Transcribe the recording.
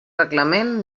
reglament